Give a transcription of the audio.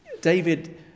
David